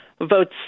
votes